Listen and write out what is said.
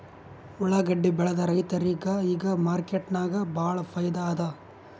ಉಳ್ಳಾಗಡ್ಡಿ ಬೆಳದ ರೈತರಿಗ ಈಗ ಮಾರ್ಕೆಟ್ನಾಗ್ ಭಾಳ್ ಫೈದಾ ಅದಾ